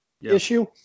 issue